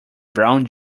brown